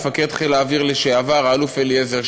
מפקד חיל האוויר לשעבר האלוף אליעזר